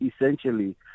essentially